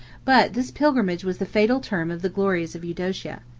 but this pilgrimage was the fatal term of the glories of eudocia.